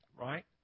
Right